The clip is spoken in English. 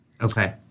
Okay